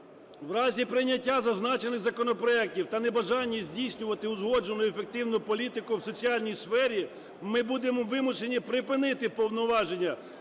В разі прийняття зазначених законопроектів та небажання здійснювати узгоджену і ефективну політику в соціальній сфері ми будемо вимушені припинити повноваження